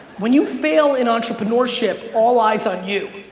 when you fail in entrepreneurship, all eyes on you.